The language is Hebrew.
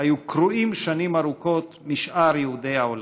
היו קרועים שנים ארוכות משאר יהודי העולם.